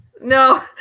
No